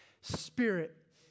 Spirit